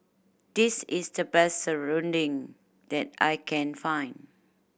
this is the best serunding that I can find